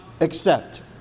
accept